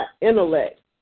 intellect